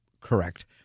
correct